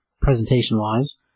presentation-wise